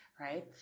right